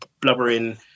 blubbering